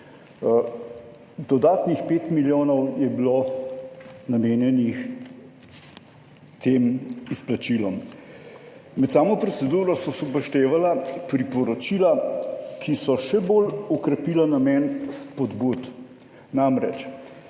Dodatnih 5 milijonov je bilo namenjenih tem izplačilom. Med samo proceduro so se upoštevala priporočila, ki so še bolj okrepila namen spodbud. 33.